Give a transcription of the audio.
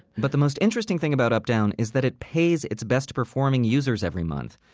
but the most interesting thing about updown is that it pays its best performing users every month.